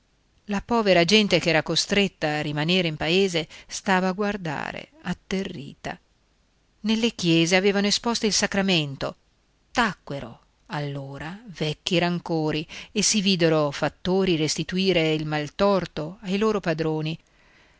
la povera gente che era costretta a rimanere in paese stava a guardare atterrita nelle chiese avevano esposto il sacramento tacquero allora vecchi rancori e si videro fattori restituire il mal tolto ai loro padroni